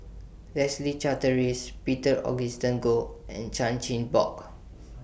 Leslie Charteris Peter Augustine Goh and Chan Chin Bock